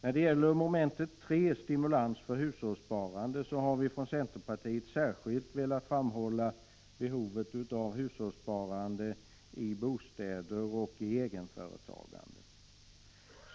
När det gäller moment 3, Stimulans för hushållssparandet, har vi från centerpartiet särskilt velat framhålla behovet av hushållssparande i bostäder och egenföretagande.